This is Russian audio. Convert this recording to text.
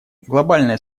глобальная